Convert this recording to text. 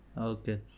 okay